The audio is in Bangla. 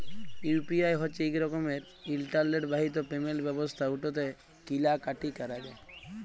ইউ.পি.আই হছে ইক রকমের ইলটারলেট বাহিত পেমেল্ট ব্যবস্থা উটতে কিলা কাটি ক্যরা যায়